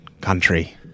country